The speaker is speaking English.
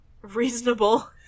reasonable